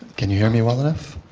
can you hear me well enough?